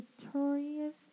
victorious